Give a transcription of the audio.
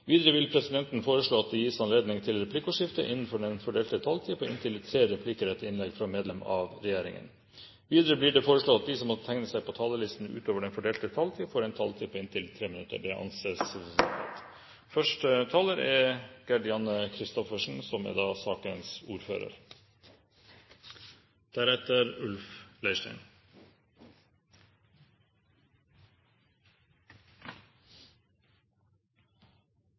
Videre vil presidenten foreslå at det gis anledning til replikkordskifte på inntil tre replikker med svar etter innlegg fra medlem av regjeringen innenfor den fordelte taletid. Videre blir det foreslått at de som måtte tegne seg på talerlisten utover den fordelte taletid, får en taletid på inntil 3 minutter. – Det anses vedtatt. I denne saken, som er